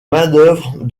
manœuvres